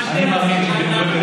האשכנזים,